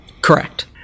Correct